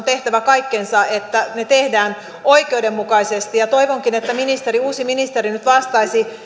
tehtävä kaikkensa että ne tehdään oikeudenmukaisesti ja toivonkin että uusi ministeri nyt vastaisi